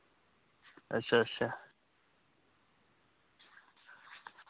अच्छा अच्छा